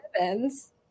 Evans